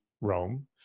Rome